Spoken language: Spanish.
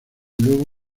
luego